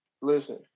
listen